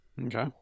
Okay